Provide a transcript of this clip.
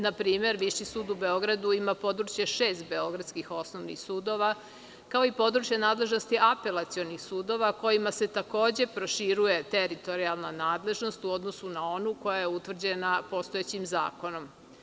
Na primer, Viši sud u Beogradu ima područje šest beogradskih osnovnih sudova, kao i područje nadležnosti apelacionih sudova, kojima se takođe proširuje teritorijalna nadležnost u odnosu na onu koja je utvrđena postojećim zakonom.